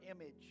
image